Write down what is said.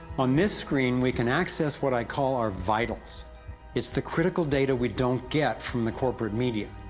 on this screen we can access what i call our vitals it's the critical data, we don't get from the corporate media,